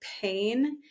pain